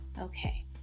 Okay